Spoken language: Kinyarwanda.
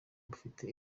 bufite